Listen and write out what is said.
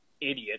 idiot